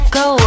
go